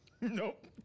Nope